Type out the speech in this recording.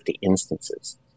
instances